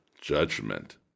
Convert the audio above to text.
judgment